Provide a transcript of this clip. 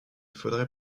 faudrait